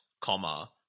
comma